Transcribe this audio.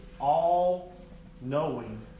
all-knowing